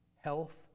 health